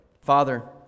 Father